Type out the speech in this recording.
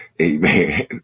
amen